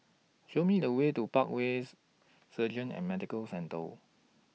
Show Me The Way to Parkways Surgery and Medical Centre